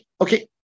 okay